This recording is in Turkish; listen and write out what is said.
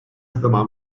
zaman